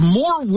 more